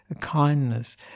kindness